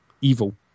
evil